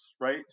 Right